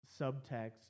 subtext